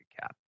cap